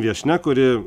viešnia kuri